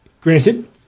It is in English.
Granted